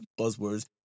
buzzwords